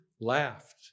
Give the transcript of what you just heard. laughed